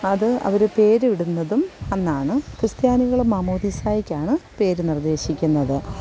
അത് അവര് പേരിടുന്നതും അന്നാണ് ക്രിസ്ത്യാനികളും മാമോദിസായ്ക്കാണ് പേര് നിർദ്ദേശിക്കുന്നത്